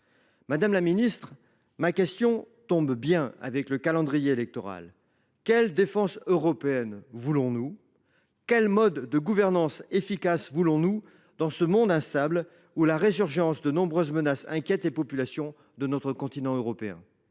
Madame la secrétaire d’État, ma question résonne avec le calendrier électoral : quelle défense européenne voulons nous ? Quel mode de gouvernance efficace voulons nous dans ce monde instable, où la résurgence de nombreuses menaces inquiète les populations de notre continent européen ?